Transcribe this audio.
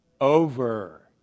over